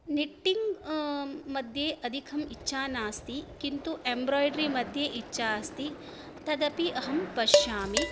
knitting मध्ये अधिका इच्छा नास्ति किन्तु एम्ब्राय्ड्रि मध्ये इच्छा अस्ति तदपि अहं पश्यामि